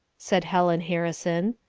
said helen harrison.